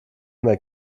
mehr